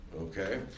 okay